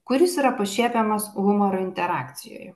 kuris yra pašiepiamas humoro interakcijoje